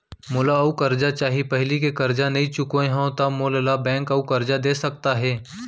मोला अऊ करजा चाही पहिली के करजा नई चुकोय हव त मोल ला बैंक अऊ करजा दे सकता हे?